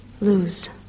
lose